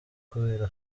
kubera